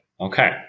Okay